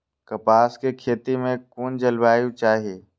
कपास के खेती में कुन जलवायु चाही?